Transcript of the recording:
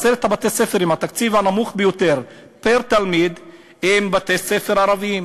עשרת בתי-הספר עם התקציב הנמוך ביותר פר-תלמיד הם בתי-ספר ערביים?